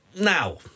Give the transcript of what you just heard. now